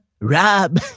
Rob